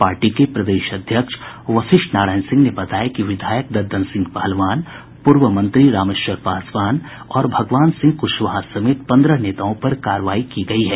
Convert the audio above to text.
party के प्रदेश अध्यक्ष वशिष्ठ नारायण सिंह ने बताया कि विधायक ददन सिंह पहलवान पूर्व मंत्री रामेश्वर पासवान और भगवान सिंह कुशवाहा समेत पन्द्रह नेताओं पर कार्रवाई की गयी है